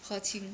和亲